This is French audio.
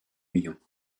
lyon